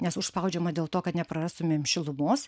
nes užspaudžiama dėl to kad neprarastumėm šilumos